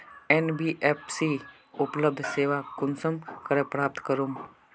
NBFC उपलब्ध सेवा कुंसम करे प्राप्त करूम?